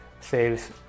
sales